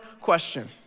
question